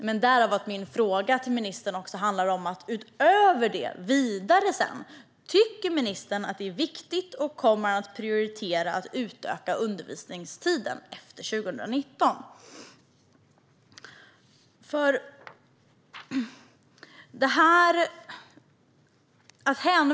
Därav kommer också min fråga till ministern, som handlar om ifall han tycker att detta är viktigt och om han kommer att prioritera att utöka undervisningstiden utöver detta, vidare, efter 2019.